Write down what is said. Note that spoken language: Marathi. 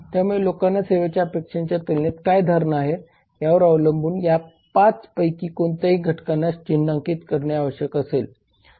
त्यामुळे लोकांना सेवेच्या अपेक्षांच्या तुलनेत काय धारणा आहेत यावर अवलंबून या 5 पैकी कोणत्याही घटकांना चिन्हांकित करणे आवश्यक असेल